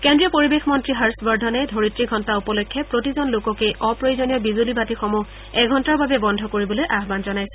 কেন্দ্ৰীয় পৰিবেশমন্ত্ৰী হৰ্ষবৰ্ধনে ধৰিত্ৰী ঘণ্টা উপলক্ষে প্ৰতিজন লোককেই অপ্ৰয়োজনীয় বিজুলীবাতিসমূহ এঘণ্টাৰ বাবে বদ্ধ কৰিবলৈ আহান জনাইছে